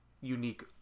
unique